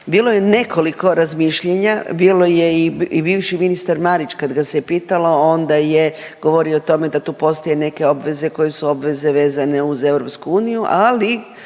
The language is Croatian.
Bilo je nekoliko razmišljanja, bilo je i bivši ministar Marić, kad ga se i pitalo, onda je govorio o tome da tu postoje neke obveze koje su obveze vezane uz EU, ali